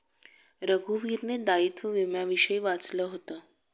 रघुवीरने दायित्व विम्याविषयी वाचलं होतं